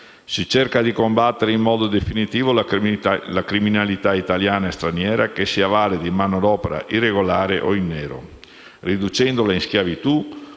Si cerca di combattere in modo definitivo la criminalità italiana e straniera, che si avvale di manodopera irregolare o in nero, riducendola in schiavitù,